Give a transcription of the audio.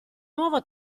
nuovo